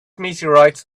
meteorites